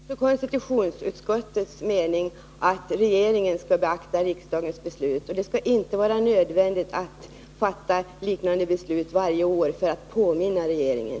Herr talman! Det är också konstitutionsutskottets mening att regeringen skall beakta riksdagens beslut. Det skall inte vara nödvändigt att fatta liknande beslut varje år för att påminna regeringen.